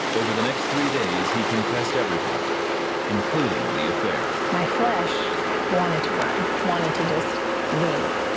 over the next three days he confessed everything including the affair. my flesh wanted to run, wanted to just leave,